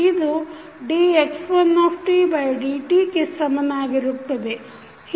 ಇದು dx1dt ಕ್ಕೆ ಸಮನಾಗಿರುತ್ತದೆ